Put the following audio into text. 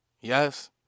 Yes